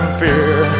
fear